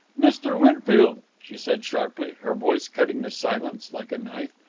mr. winfield, she said sharply, her voice cutting the silence like a knife,